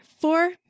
four